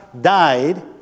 died